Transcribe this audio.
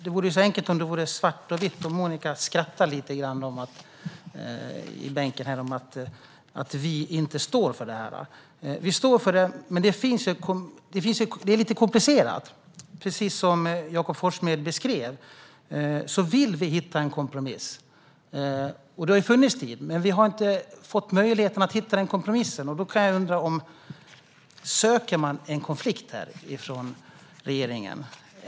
Det vore så enkelt om det var svart och vitt. Monica Green skrattar lite grann här i bänken om att vi inte står för det. Vi står för det, men det är lite komplicerat. Precis som Jakob Forssmed beskrev vill vi hitta en kompromiss. Det har funnits tid. Men vi har inte fått möjligheten att hitta den kompromissen. Jag kan undra: Söker man en konflikt från regeringen?